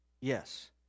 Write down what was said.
Yes